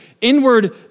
inward